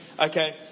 Okay